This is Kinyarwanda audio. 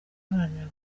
uharanira